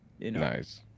nice